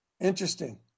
Interesting